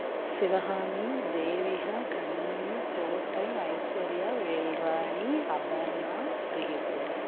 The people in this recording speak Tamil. சிவகாமி தேவிகா கண்மணி தோட்டையா ஐஸ்வர்யா வேல்ராணி அபர்ணா மகேஸ்வரி